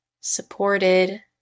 supported